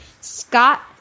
Scott